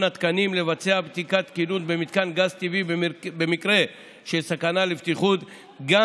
התקנים לבצע בדיקת תקינות במתקן גז טבעי במקרה של סכנה לבטיחות גם